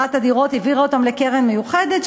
ממכירת הדירות והעבירה אותו לקרן מיוחדת,